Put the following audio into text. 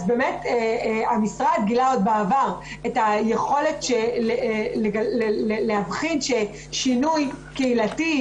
אז באמת המשרד גילה עוד בעבר את היכולת להבחין ששינוי קהילתי,